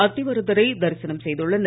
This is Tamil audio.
அத்திவரதரை தரிசனம் செய்துள்ளனர்